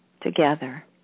together